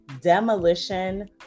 demolition